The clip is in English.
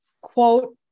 quote